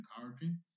encouraging